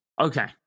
Okay